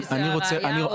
שזה הרעיה או הילדים?